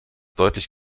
deutlich